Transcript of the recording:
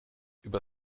über